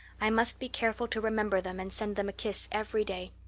i must be careful to remember them and send them a kiss every day.